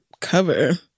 cover